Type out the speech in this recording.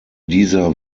dieser